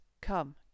come